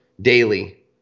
daily